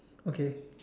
okay